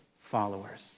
followers